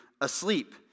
asleep